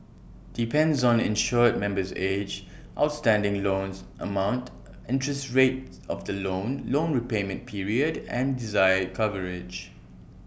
depends on insured member's age outstanding loan amount interest rate of the loan loan repayment period and desired coverage